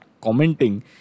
commenting